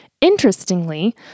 interestingly